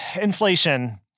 Inflation